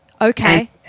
Okay